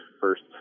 first